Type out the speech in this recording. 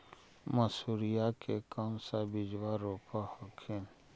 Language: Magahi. मसुरिया के कौन सा बिजबा रोप हखिन?